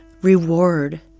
reward